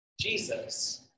Jesus